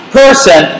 person